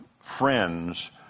friends